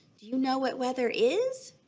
do you know what weather is?